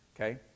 okay